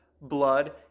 blood